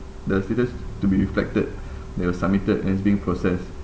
the status to be reflected that it was submitted and is being processed